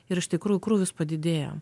ir iš tikrųjų krūvis padidėjo